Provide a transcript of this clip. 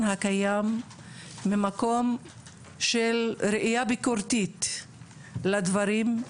הקיים במקום של ראייה ביקורתית לדברים,